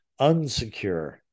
unsecure